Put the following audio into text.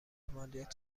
مالیات